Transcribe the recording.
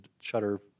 shutter